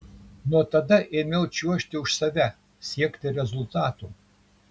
nuo tada ėmiau čiuožti už save siekti rezultatų